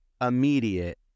immediate